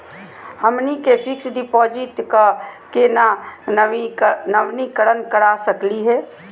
हमनी के fix deposit क केना नवीनीकरण करा सकली हो?